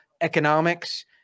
economics